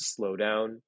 slowdown